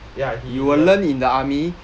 ya he learn